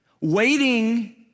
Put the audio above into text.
Waiting